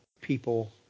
people